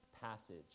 passage